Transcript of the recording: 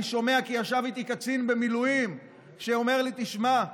אני שומע כי ישב איתי קצין במילואים ואמר לי: תשמע,